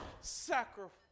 sacrifice